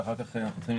ואחר כך אנחנו צריכים,